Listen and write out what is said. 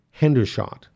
Hendershot